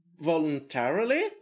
voluntarily